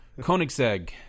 koenigsegg